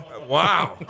Wow